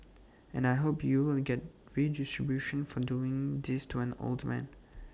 and I hope you will get redistribution for doing this to an old man